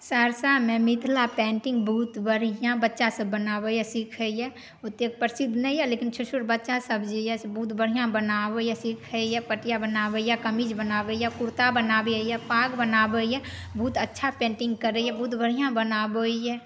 सहरसामे मिथिला पेन्टिङ्ग बहुत बढ़िआँ बच्चासब बनाबैए सिखैए ओतेक प्रसिद्ध नहि अइ लेकिन छोट छोट बच्चासब जे अइ बहुत बढ़िआँ बनाबैए सिखैए पटिआ बनाबैए कमीज बनाबैए कुर्ता बनाबैए पाग बनाबैए बहुत अच्छा पेन्टिङ्ग करैए बहुत बढ़िआँ बनाबैए